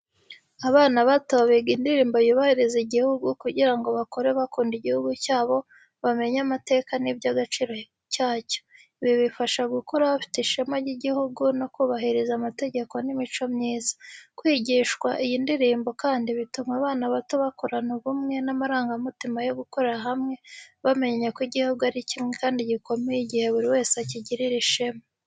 Abana bato biga indirimbo yubahiriza igihugu kugira ngo bakure bakunda igihugu cyabo, bamenye amateka n’iby’agaciro cyacyo. Ibi bibafasha gukura bafite ishema ry’igihugu no kubahiriza amategeko n’imico myiza. Kwigishwa iyi ndirimbo kandi bituma abana bato bakurana ubumwe n’amarangamutima yo gukorera hamwe, bamenya ko igihugu ari kimwe kandi gikomeye igihe buri wese akigirira ishema.